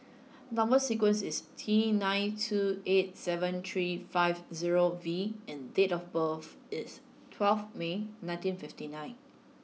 number sequence is T nine two eight seven three five zero V and date of birth is twelve May nineteen fifty nine